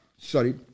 sorry